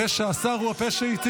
זה נכון, הפה שאסר הוא הפה שהתיר.